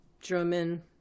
German